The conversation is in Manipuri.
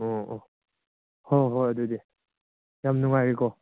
ꯑꯣ ꯑꯣ ꯍꯣꯏ ꯍꯣꯏ ꯑꯗꯨꯗꯤ ꯌꯥꯝ ꯅꯨꯡꯉꯥꯏꯔꯦꯀꯣ